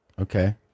Okay